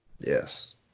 Yes